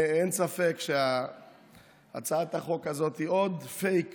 אין ספק שהצעת החוק הזאת היא עוד פייק